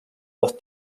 dos